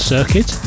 Circuit